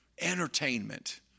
entertainment